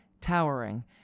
towering